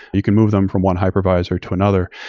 you can move them from one hypervisor to another.